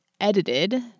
edited